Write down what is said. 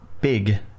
big